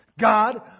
God